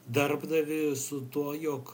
darbdavį su tuo jog